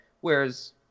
Whereas